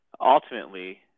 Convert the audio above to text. ultimately